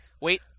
wait